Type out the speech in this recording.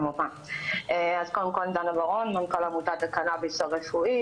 שלום, אני מנכ"לית עמותת הקנביס הרפואי.